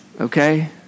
okay